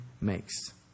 makes